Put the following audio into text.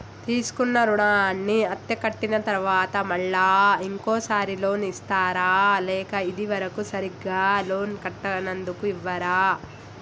తీసుకున్న రుణాన్ని అత్తే కట్టిన తరువాత మళ్ళా ఇంకో సారి లోన్ ఇస్తారా లేక ఇది వరకు సరిగ్గా లోన్ కట్టనందుకు ఇవ్వరా?